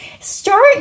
start